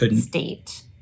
state